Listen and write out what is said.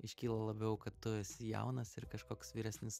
iškyla labiau kad tu esi jaunas ir kažkoks vyresnis